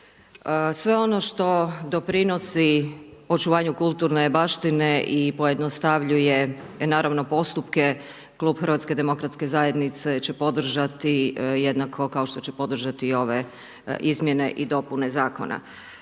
Sve ono što doprinosi očuvanju kulturne baštine i pojednostavljuje naravno postupke klub HDZ-a će podržati, jednako kao što će podržati i ove izmjene i dopune zakona.